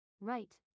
Right